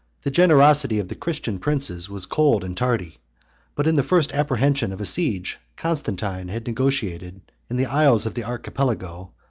the generosity of the christian princes was cold and tardy but in the first apprehension of a siege, constantine had negotiated, in the isles of the archipelago,